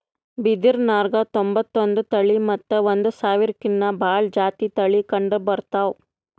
ಬಿದಿರ್ನ್ಯಾಗ್ ತೊಂಬತ್ತೊಂದು ತಳಿ ಮತ್ತ್ ಒಂದ್ ಸಾವಿರ್ಕಿನ್ನಾ ಭಾಳ್ ಜಾತಿ ತಳಿ ಕಂಡಬರ್ತವ್